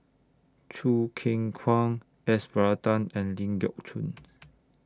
Choo Keng Kwang S Varathan and Ling Geok Choon